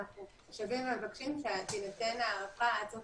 ואנחנו שבים ומבקשים שתינתן הארכה עד סוף